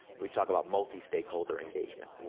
we talk about multi-stakeholder-engagement,